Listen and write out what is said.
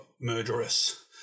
murderous